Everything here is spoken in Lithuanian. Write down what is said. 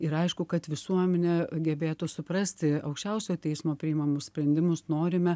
ir aišku kad visuomenė gebėtų suprasti aukščiausiojo teismo priimamus sprendimus norime